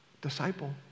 disciple